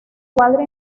cuadro